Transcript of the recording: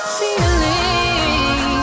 feeling